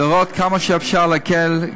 לראות כמה אפשר להקל.